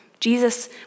Jesus